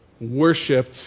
worshipped